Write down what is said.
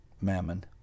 mammon